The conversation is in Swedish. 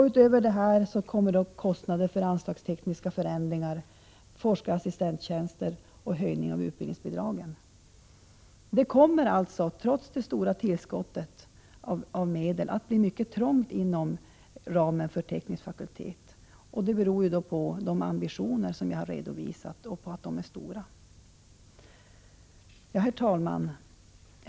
Utöver detta tillkommer kostnader för anslagstekniska förändringar, forskarassistenttjänster och höjningen av utbildningsbidragen. Det kommer alltså, trots det stora tillskottet av medel, att bli mycket trångt inom ramen för teknisk fakultet, och detta beror på att de ambitioner som jag har redovisat är så stora. Herr talman!